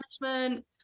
management